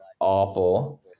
awful